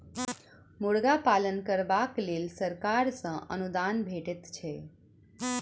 मुर्गा पालन करबाक लेल सरकार सॅ अनुदान भेटैत छै